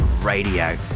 Radio